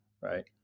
right